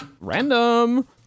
random